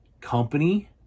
company